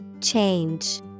Change